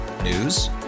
News